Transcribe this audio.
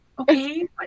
okay